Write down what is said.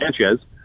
Sanchez